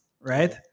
right